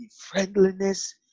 friendliness